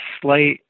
slight